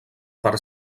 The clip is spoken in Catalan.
per